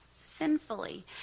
sinfully